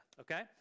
Okay